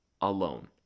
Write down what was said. alone